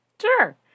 Sure